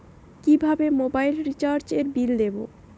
কিভাবে মোবাইল রিচার্যএর বিল দেবো?